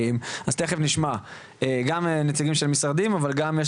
אז תכף נשמע גם נציגים של משרדים אבל גם יש